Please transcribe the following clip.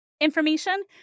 information